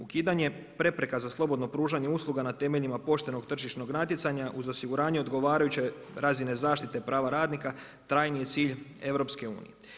Ukidanje prepreka za slobodno pružanje usluga na temeljima poštenog tržišnog natjecanja, uz osiguranja odgovarajuće razine zaštite prava radnika, trajniji je cilj EU.